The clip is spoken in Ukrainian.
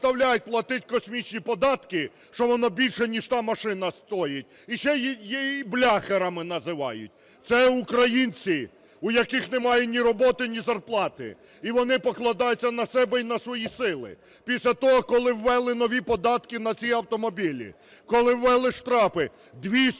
платити космічні податки, що воно більше ніж та машина стоїть, ще і "бляхерами" називають. Це українці, у яких немає ні роботи, ні зарплати, і вони покладаються на себе і на свої сили. Після того, коли ввели нові податки на ці автомобілі, коли ввели штрафи, 200